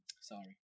Sorry